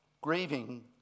Grieving